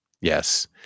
Yes